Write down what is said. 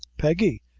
peggy!